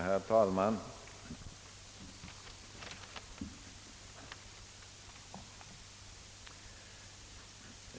Herr talman!